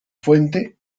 fuente